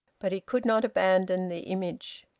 but he could not abandon the image.